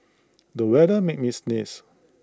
the weather made me sneeze